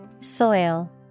Soil